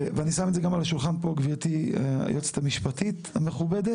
ואני שם את זה גם על השולחן פה גברתי היועצת המשפטית המכובדת,